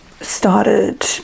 Started